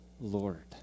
Lord